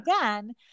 again